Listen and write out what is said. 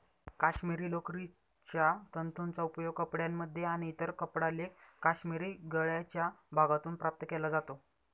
काश्मिरी लोकरीच्या तंतूंचा उपयोग कपड्यांमध्ये आणि इतर कपडा लेख काश्मिरी गळ्याच्या भागातून प्राप्त केला जातो